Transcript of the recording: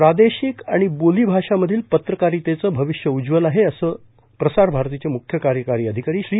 प्रादेशिक आणि बोलीभाषा मधील पत्रकारितेचं भविष्य उज्ज्वल आहे असं प्रसार भारतीचे मुख्य कार्यकारी अधिकारी श्री